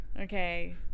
Okay